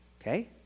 Okay